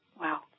Wow